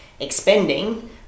expending